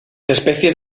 especies